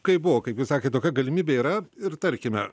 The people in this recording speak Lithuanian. kaip buvo kaip jūs sakėt tokia galimybė yra ir tarkime